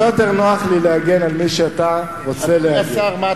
הרבה יותר נוח לי להגן על מי שאתה רוצה להגן.